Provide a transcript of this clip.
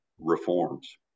reforms